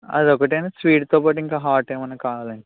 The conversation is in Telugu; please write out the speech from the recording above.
అది ఒకటేనా స్వీట్తో పాటు ఇంకా హాట్ ఏమన్న కావాలాండి